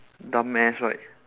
dumb ass right